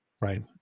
right